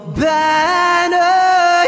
banner